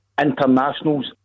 internationals